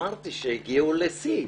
אמרתי שהגיעו לשיא,